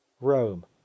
Rome